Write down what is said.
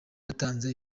yatanze